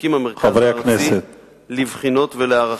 שהקים המרכז הארצי לבחינות ולהערכה.